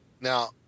Now